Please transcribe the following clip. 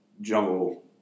Jungle